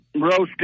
roasted